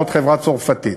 ועוד חברה צרפתית.